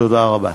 תודה רבה.